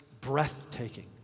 breathtaking